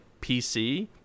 PC